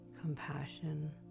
compassion